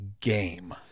game